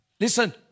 listen